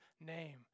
name